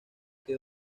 que